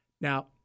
Now